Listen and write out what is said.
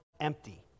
empty